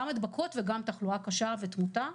גם הדבקות וגם תחלואה קשה ותמותה.